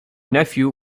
nephew